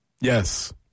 Yes